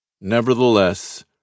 Nevertheless